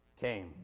came